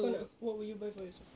kau nak what would you buy for yourself